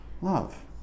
love